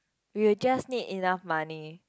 we'll just make enough money